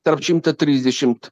tarp šimto trisdešimt